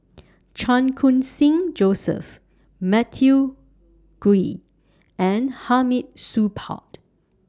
Chan Khun Sing Joseph Matthew Ngui and Hamid Supaat